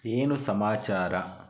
ಏನು ಸಮಾಚಾರ